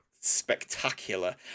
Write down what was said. spectacular